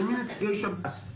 הן מנציגי שב"ס,